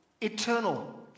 eternal